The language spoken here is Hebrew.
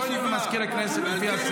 המזכיר יודע היטב.